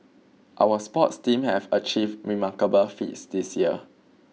our sports team have achieved remarkable feats this year